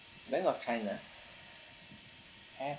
bank of china and